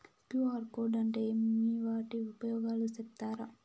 QR code అంటే ఏమి వాటి ఉపయోగాలు సెప్తారా?